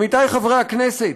עמיתי חברי הכנסת,